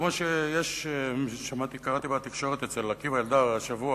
כמו שקראתי בתקשורת אצל עקיבא אלדר השבוע,